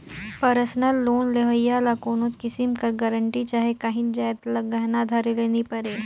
personal loan लेहोइया ल कोनोच किसिम कर गरंटी चहे काहींच जाएत ल गहना धरे ले नी परे